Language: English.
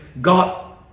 God